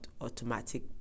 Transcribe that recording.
automatic